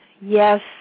Yes